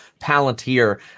Palantir